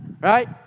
Right